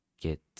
get